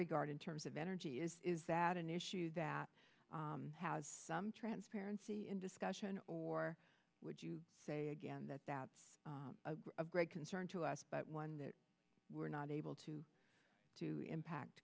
regard in terms of energy is is that an issue that has some transparency in discussion or would you say again that that's a great concern to us but one that we're not able to do impact